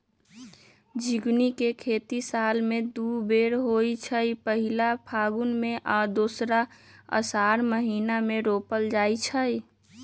झिगुनी के खेती साल में दू बेर होइ छइ पहिल फगुन में आऽ दोसर असाढ़ महिना मे रोपल जाइ छइ